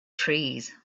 trees